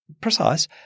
precise